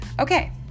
Okay